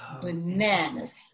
bananas